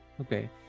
Okay